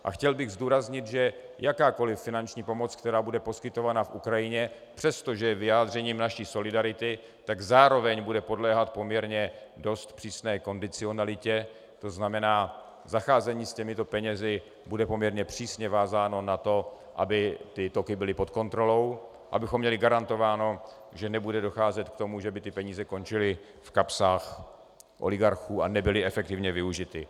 A chtěl bych zdůraznit, že jakákoliv finanční pomoc, která bude poskytována Ukrajině, přestože je vyjádřením naší solidarity, bude zároveň podléhat poměrně dost přísné kondicionalitě, to znamená, zacházení s těmito penězi bude poměrně přísně vázáno na to, aby toky byly pod kontrolou, abychom měli garantováno, že nebude docházet k tomu, že by peníze končily v kapsách oligarchů a nebyly efektivně využity.